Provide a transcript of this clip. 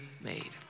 made